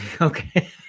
Okay